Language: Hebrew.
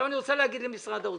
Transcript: זה לא הולך לקרות.